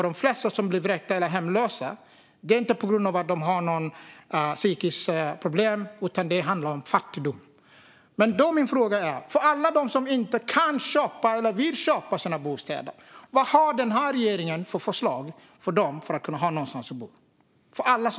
De flesta blir inte vräkta eller hemlösa på grund av något psykiskt problem, utan det handlar om fattigdom. Vad har den här regeringen för förslag för att alla de som inte kan köpa eller inte vill köpa sina bostäder ska kunna ha någonstans att bo?